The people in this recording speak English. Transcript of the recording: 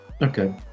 okay